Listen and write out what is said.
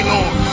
Lord